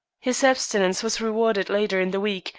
his abstinence was rewarded later in the week,